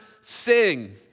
sing